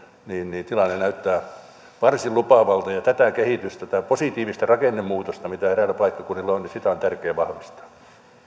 niin että tilanne näyttää varsin lupaavalta ja tätä kehitystä tätä positiivista rakennemuutosta mitä eräillä paikkakunnilla on on tärkeää vahvistaa